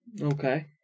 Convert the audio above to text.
Okay